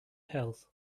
health